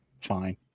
Fine